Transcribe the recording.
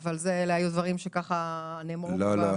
אבל אלה היו דברים שנאמרו בדיון.